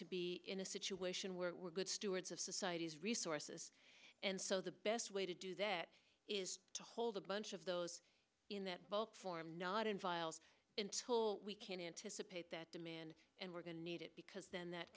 to be in a situation where we're good stewards of society's resources and so the best way to do that is to hold a bunch of those in that boat form not involved in toll we can anticipate that demand and we're going to need it because then that